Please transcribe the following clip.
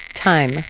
Time